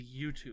YouTube